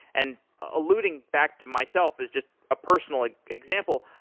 and alluding back to myself is just a personal like example.